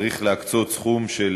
צריך להקצות סכום של,